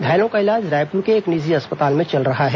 घायलों का इलाज रायपुर के एक निजी अस्पताल में चल रहा है